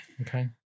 okay